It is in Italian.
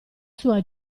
sua